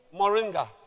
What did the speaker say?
Moringa